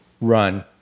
run